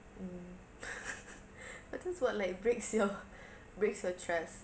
mm but that's what like breaks your breaks your trust